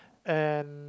and